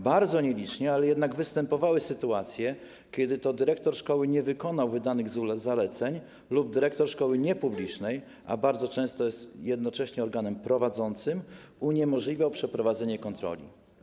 Bardzo nielicznie, ale jednak występowały sytuacje, kiedy to dyrektor szkoły nie wykonał wydanych zaleceń lub dyrektor szkoły niepublicznej, a bardzo często jest jednocześnie organem prowadzącym, uniemożliwiał przeprowadzenie kontroli.